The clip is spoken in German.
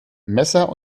messer